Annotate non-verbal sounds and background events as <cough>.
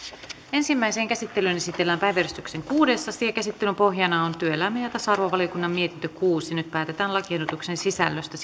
ensimmäiseen käsittelyyn esitellään päiväjärjestyksen kuudes asia käsittelyn pohjana on työelämä ja tasa arvovaliokunnan mietintö kuusi nyt päätetään lakiehdotuksen sisällöstä <unintelligible>